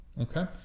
Okay